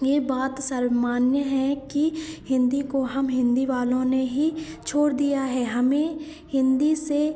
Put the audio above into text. यह बात सर्वमान्य है कि हिन्दी को हम हिन्दी वालों ने ही छोड़ दिया है हमें हिन्दी से